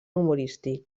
humorístic